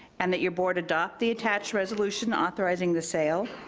and that your board adopt the attached resolution, authorizing the sale,